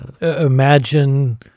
Imagine